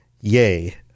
Yay